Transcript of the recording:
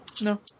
No